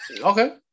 Okay